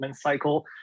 cycle